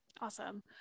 Awesome